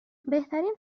بهترین